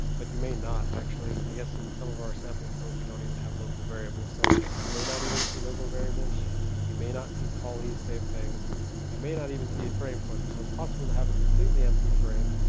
but you may not actually, i guess in some of our sample code we don't even have local variable so you may not even see local variables you may not see callee-save things you may not even see frame pointer, so it's possible to have a completely empty frame